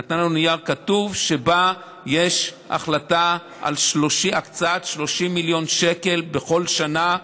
נתנה לנו נייר כתוב שבו יש החלטה על הקצאת 30 מיליון שקל בכל שנה.